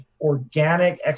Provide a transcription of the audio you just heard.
organic